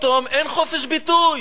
פתאום אין חופש ביטוי,